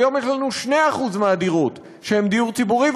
היום יש לנו 2% מהדירות שהן דיור ציבורי,